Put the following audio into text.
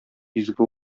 изге